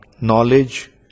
knowledge